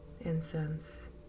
incense